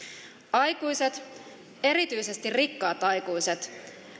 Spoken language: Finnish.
aikuiset erityisesti rikkaat aikuiset